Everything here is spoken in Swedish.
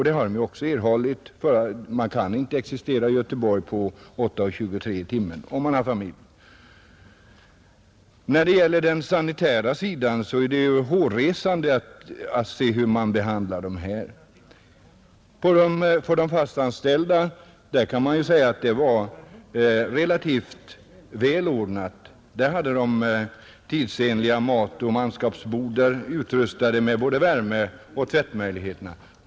Det har de också erhållit, för man kan inte existera i Göteborg på 8:23 i timmen om man har familj. När det gäller den sanitära sidan, så är det ju hårresande att se hur man behandlar de här arbetarna. För de fastanställda kan man säga att det var relativt väl ordnat. De hade tidsenliga matoch manskapsbodar, utrustade med både värme och tvättmöjligheter.